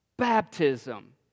baptism